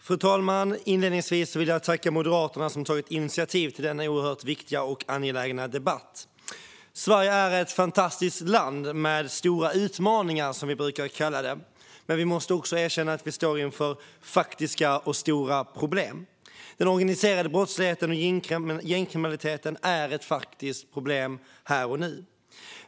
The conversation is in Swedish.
Fru talman! Inledningsvis vill jag tacka Moderaterna, som har tagit initiativ till denna oerhört viktiga och angelägna debatt. Sverige är ett fantastiskt land med stora utmaningar, som vi brukar kalla det. Men vi måste också erkänna att vi står inför faktiska och stora problem. Den organiserade brottsligheten och gängkriminaliteten är ett faktiskt problem här och nu.